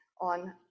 on